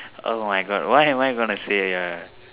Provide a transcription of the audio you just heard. oh my God what am I going to say here